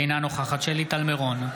אינה נוכחת שלי טל מירון,